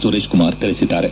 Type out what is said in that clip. ಸುರೇಶ್ ಕುಮಾರ್ ತಿಳಿಸಿದ್ದಾರೆ